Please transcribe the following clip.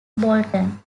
bolton